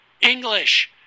English